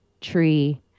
tree